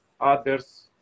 other's